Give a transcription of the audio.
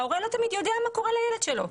ההורה לא תמיד יודע מה קורה לילד שלו.